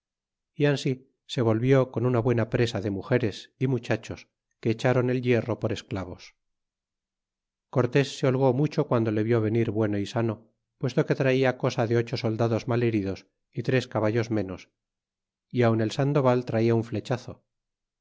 y ansi se volvió con una buena presa de mugeres y muchachos que echáron el hierro por esclavos y cortés se holgó mucho guando le vió venir bueno y sano puesto que traia cosa de ocho soldados mal heridos y tres caballos menos y aun el sandoval traía un flechazo